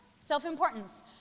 Self-importance